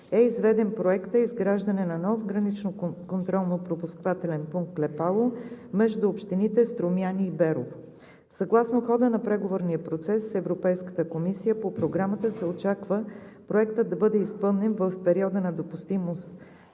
е изведен проектът „Изграждане на нов граничен контролно-пропускателен пункт „Клепало“ между общините Струмяни и Берово“. Съгласно хода на преговорния процес с Европейската комисия по Програмата се очаква Проектът да бъде изпълнен в периода на допустимост